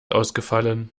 ausgefallen